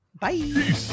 Bye